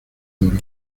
duro